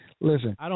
Listen